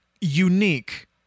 unique